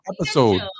episode